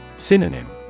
Synonym